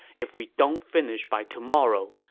if we don't finish by tomorrow,